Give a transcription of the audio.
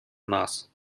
нас